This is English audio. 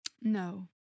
No